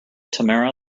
tamara